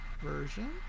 version